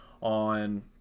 on